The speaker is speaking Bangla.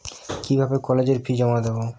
কিভাবে কলেজের ফি জমা দেবো?